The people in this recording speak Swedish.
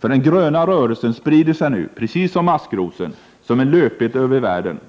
Den gröna rörelsen sprider sig nämligen nu, precis som maskrosen, som en löpeld över världen.